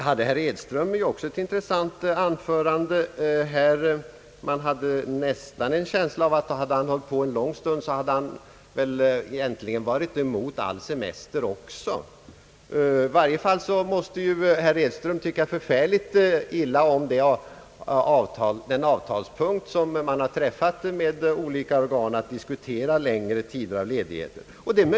Herr Edström höll ett intressant anförande. Man hade nästan en känsla av att hade han hållit på en längre stund, hade han väl egentligen varit emot all semester också. I varje fall måste herr Edström tycka förfärligt illa om det avtal som man har träffat med olika organ att diskutera längre tider och ledighet.